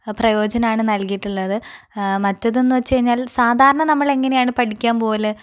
പ്രയോജനമാണ് നൽകിയിട്ടുള്ളത് മറ്റേതെന്ന് വെച്ച്ക്കഴിഞ്ഞാൽ സാധാരണ നമ്മളെങ്ങെനെയാണ് പഠിക്കാൻ പോവൽ